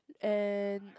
and